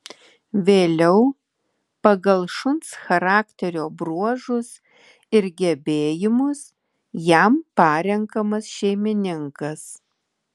vėliau pagal šuns charakterio bruožus ir gebėjimus jam parenkamas šeimininkas